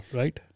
right